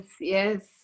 yes